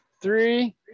three